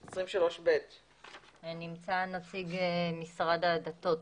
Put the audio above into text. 23ב. נמצא פה נציג משרד הדתות,